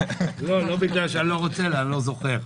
לא בגלל שאני לא רוצה, אלא אני לא זוכר.